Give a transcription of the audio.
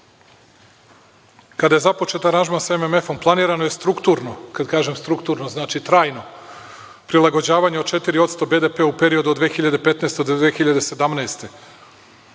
rast. Kada je započet aranžman sa MMF-om, planirano je strukturno, kada kažem strukturno znači trajno, prilagođavanje od 4% BDP-a u periodu od 2015. do 2017.